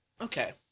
Okay